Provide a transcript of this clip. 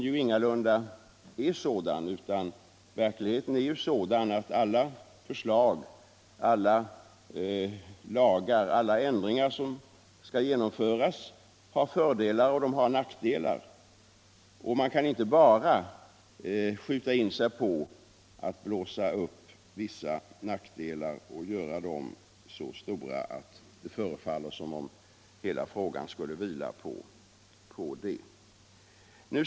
Men verkligheten är ju sådan att alla förslag och ändringar som skall genomföras har både fördelar och nackdelar, och man kan inte bara skjuta in sig på att blåsa upp vissa nackdelar och göra dem 121 så stora att det förefaller som om hela frågan beror på dem.